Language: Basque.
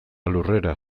lurrera